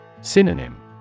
Synonym